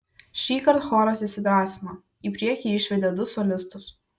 šįkart choras įsidrąsino į priekį išvedė du solistus